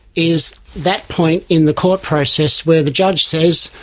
is that point in the court process where the judge says,